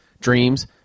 Dreams